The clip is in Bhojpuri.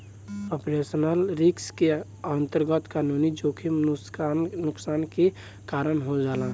ऑपरेशनल रिस्क के अंतरगत कानूनी जोखिम नुकसान के कारन हो जाला